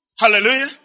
Hallelujah